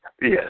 Yes